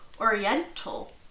Oriental